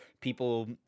people